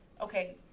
okay